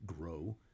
grow